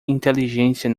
inteligência